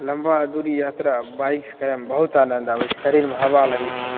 लम्बा दुरी यात्रा बाइक से करैमे बहुत आनंद आबैत छै शरीरमे हवा लागैत छै